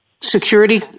security